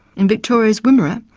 in victoria's wimmera,